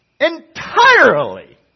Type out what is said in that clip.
Entirely